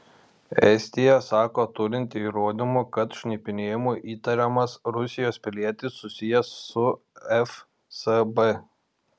estija sako turinti įrodymų kad šnipinėjimu įtariamas rusijos pilietis susijęs su fsb